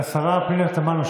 לנו היו